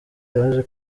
yaje